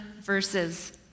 verses